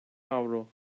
avro